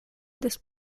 des